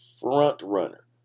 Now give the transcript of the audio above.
front-runner